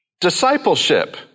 discipleship